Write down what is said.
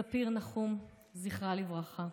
ספיר נחום, זכרה לברכה,